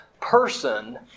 person